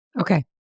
Okay